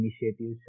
initiatives